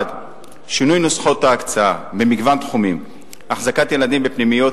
1. שינוי נוסחאות ההקצאה במגוון תחומים: החזקת ילדים בפנימיות,